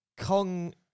Kong